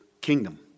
kingdom